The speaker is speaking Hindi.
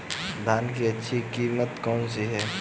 धान की अच्छी किस्म कौन सी है?